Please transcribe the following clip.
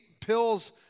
pills